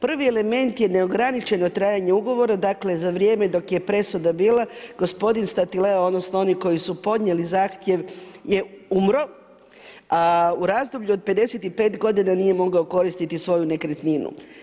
Prvi element je neograničeno trajanje ugovora, dakle za vrijeme dok je presuda bila, gospodin Statileo, odnosno oni koji su podnijeli zahtjev je umro a u razdoblju 55 godina nije mogao koristiti svoju nekretninu.